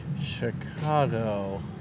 Chicago